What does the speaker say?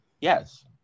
Yes